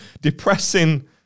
depressing